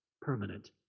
permanent